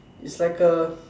it's like a